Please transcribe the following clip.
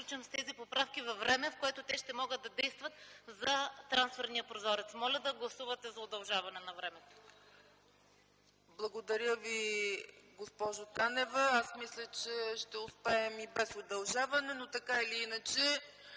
Благодаря Ви, госпожо Танева. Аз мисля, че ще успеем и без удължаване, но така или иначе